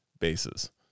bases